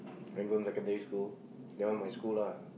Rangoon secondary school that one my school lah